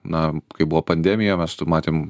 na kai buvo pandemija mes matėm